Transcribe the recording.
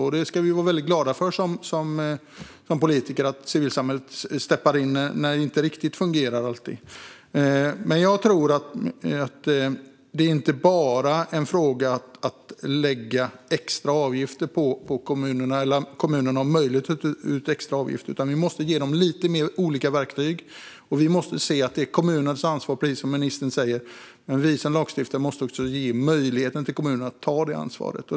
Som politiker ska vi vara glada för att civilsamhället går in när det inte fungerar. Det är inte bara en fråga om att ge kommunerna möjlighet att ta ut extra avgifter. Vi måste ge dem fler verktyg. Precis som ministern säger är detta kommunernas ansvar, men som lagstiftare måste vi också ge kommunerna möjlighet att ta detta ansvar.